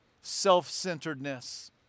self-centeredness